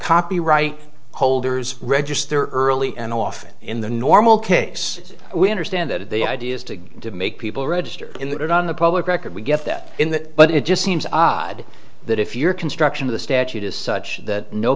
copyright holders register early and often in the normal case we understand that the idea is to get to make people register in that on the public record we get that in that but it just seems odd that if your construction of the statute is such that no